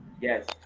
Yes